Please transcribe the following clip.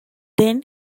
then